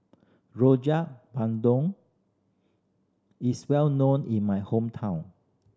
Rojak Bandung is well known in my hometown